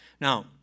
Now